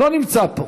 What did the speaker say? לא נמצא פה.